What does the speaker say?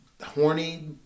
horny